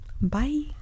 Bye